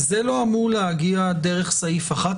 זה לא אמור להגיע דרך פסקה (11)?